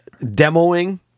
Demoing